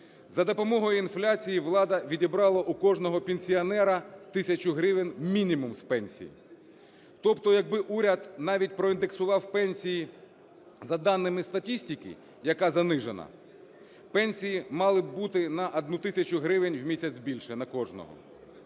За допомогою інфляції влада відібрала в кожного пенсіонера тисячу гривень мінімум з пенсії. Тобто, якби уряд навіть проіндексував пенсії, за даними статистики, яка занижена, пенсії мали б бути на 1 тисячу гривень в місяць більше на кожного.